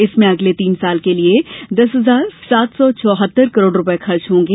इसमें अगले तीन साल के लिए दस हजार सात सौ चौहत्तर करोड़ रुपए खर्च होंगे